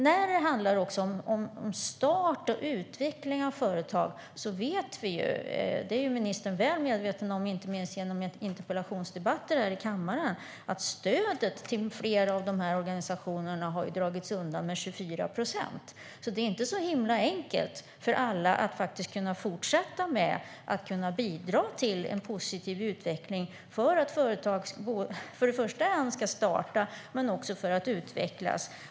När det handlar om start och utveckling av företag vet vi - det är ministern väl medveten om inte minst genom interpellationsdebatter här i kammaren - att stödet till flera av organisationerna har dragits ned med 24 procent. Det är inte så enkelt för alla att kunna fortsätta att bidra till en positiv utveckling för att företag först och främst ska kunna starta och sedan utvecklas.